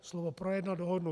Slovo projednat dohodnout.